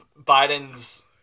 Biden's